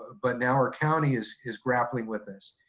but now our county is is grappling with this.